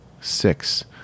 Six